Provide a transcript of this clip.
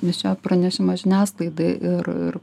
išėjo pranešimas žiniasklaidai ir ir